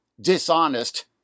dishonest